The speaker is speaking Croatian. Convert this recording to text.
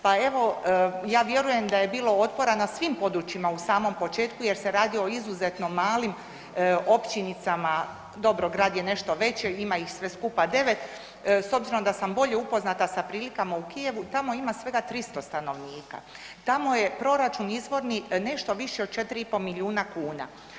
Pa evo ja vjerujem da je bilo otpora na svim područjima u samom početku jer se radi o izuzetno malim općinicama, dobro grad je nešto veće, ima ih sve skupa 9, s obzirom da sam bolje upoznata sa prilikama u Kijevu, tamo ima svega 300 stanovnika, tamo je proračun izvorni nešto više od 4,5 milijuna kuna.